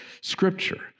Scripture